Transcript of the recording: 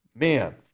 Man